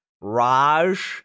Raj